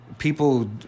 people